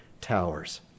towers